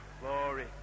Glory